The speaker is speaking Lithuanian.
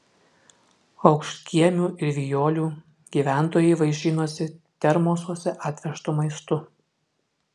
aukštkiemių ir vijolių gyventojai vaišinosi termosuose atvežtu maistu